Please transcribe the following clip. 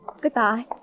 Goodbye